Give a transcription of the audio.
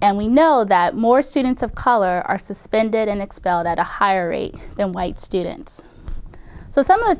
and we know that more students of color are suspended and expelled at a higher rate than white students so some of the